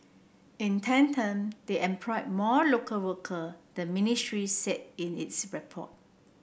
in tandem they employ more local worker the ministry said in its report